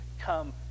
come